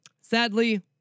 Sadly